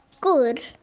good